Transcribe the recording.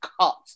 cut